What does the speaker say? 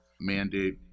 mandate